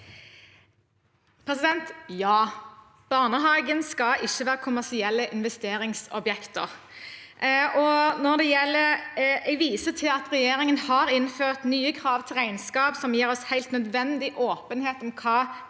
Ja. Barne- hager skal ikke være kommersielle investeringsobjekter. Jeg viser til at regjeringen har innført nye krav til regnskap som gir oss helt nødvendig åpenhet om hva